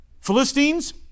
Philistines